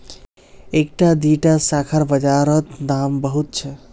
इकट्ठा दीडा शाखार बाजार रोत दाम बहुत छे